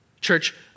Church